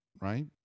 right